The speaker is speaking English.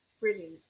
Brilliant